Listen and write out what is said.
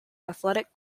athletic